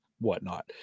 whatnot